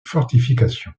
fortification